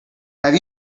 have